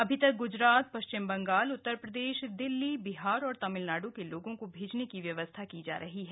अभी तक ग्जरात पश्चिम बंगाल उत्तर प्रदेश दिल्ली बिहार और तमिलनाडु के लोगों को भैजने की व्यवस्था की जा रही है